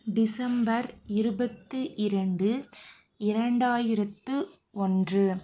December இருபத்து இரண்டு இரண்டாயிரத்து ஒன்று